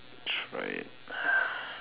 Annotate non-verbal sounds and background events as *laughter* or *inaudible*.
try it *noise*